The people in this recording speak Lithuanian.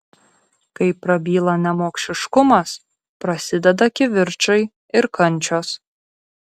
kai prabyla nemokšiškumas prasideda kivirčai ir kančios